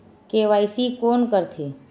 KYC कोन करथे?